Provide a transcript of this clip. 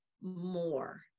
more